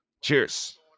Cheers